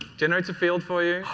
generates a field for you.